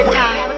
time